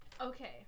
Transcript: Okay